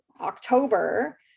October